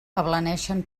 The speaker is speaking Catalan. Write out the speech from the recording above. ablaneixen